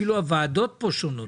אפילו הוועדות פה שונות.